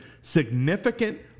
significant